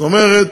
זאת אומרת,